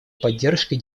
поддержкой